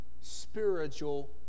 spiritual